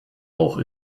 auch